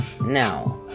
Now